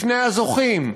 בפני הזוכים,